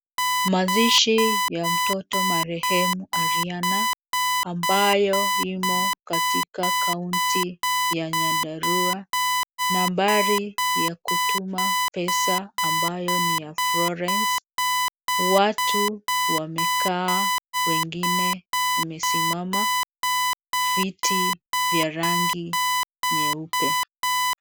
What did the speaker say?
Mazishi ya mtoto marehemu Ariana ambayo imo katika kaunti ya Nyandarua. Nambari ya kutuma pesa ambayo ni ya Florence. Watu wamekaa, wengine wamesimama. Viti vya rangi nyeupe.